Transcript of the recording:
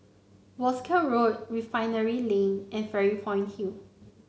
Wolskel Road Refinery Lane and Fairy Point Hill